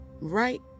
Right